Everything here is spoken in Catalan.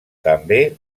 també